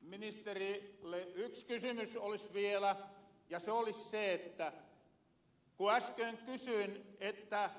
ministerille yks kysymys olis vielä ja se olis se että ku äsköön kysyyn että